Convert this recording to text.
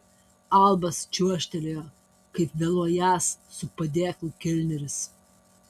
albas čiuožtelėjo kaip vėluojąs su padėklu kelneris